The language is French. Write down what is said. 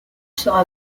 sera